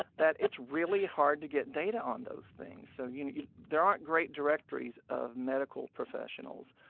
but that it's really hard to get data on those things. so you there aren't great directories of medical professionals.